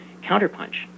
Counterpunch